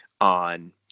on